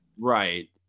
Right